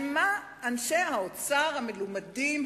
על מה אנשי האוצר המלומדים,